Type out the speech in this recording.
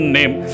name